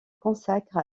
consacre